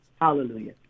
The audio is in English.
Hallelujah